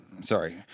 sorry